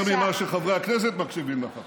יותר ממה שחברי הכנסת מקשיבים לך עכשיו,